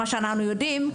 אנחנו יודעים,